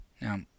Now